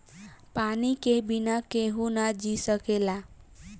पानी के बिना केहू ना जी सकेला